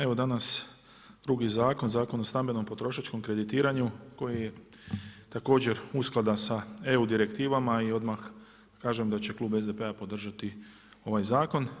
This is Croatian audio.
Evo danas drugi zakon, Zakon o stambenom potrošačkom kreditiranju koji je također uskladan sa EU direktivama i odmah kažem da će klub SDP-a podržati ovaj zakon.